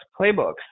playbooks